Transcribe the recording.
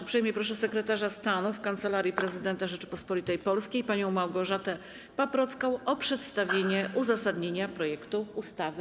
Uprzejmie proszę sekretarza stanu w Kancelarii Prezydenta Rzeczypospolitej Polskiej panią Małgorzatę Paprocką o przedstawienie uzasadnienia projektu ustawy.